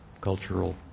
cultural